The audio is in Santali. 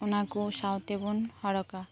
ᱚᱱᱟ ᱠᱚ ᱥᱟᱶᱛᱮ ᱵᱚᱱ ᱦᱚᱨᱚᱜᱼᱟ